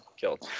killed